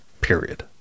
Period